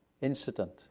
incident